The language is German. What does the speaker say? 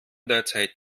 derzeit